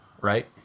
right